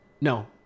No